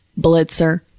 Blitzer